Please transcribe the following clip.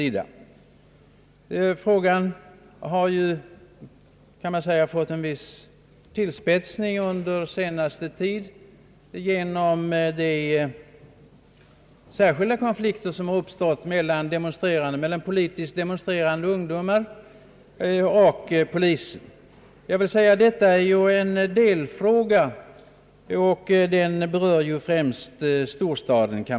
Denna fråga har, kan man säga, fått en viss tillspetsning under senaste tid genom de konflikter som har förekommit mellan politiskt demonstrerande ungdomar och polisen. Men detta är en delfråga som främst berör storstaden.